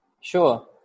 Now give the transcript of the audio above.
Sure